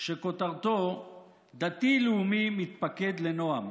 שכותרתו "דתי לאומי מתפקד לנעם".